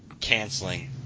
canceling